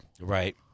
Right